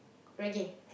reggae